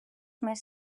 més